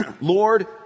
Lord